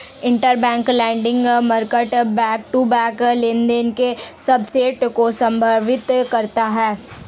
interbank lending market back to back लेनदेन के subset को संदर्भित करता है